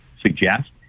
suggest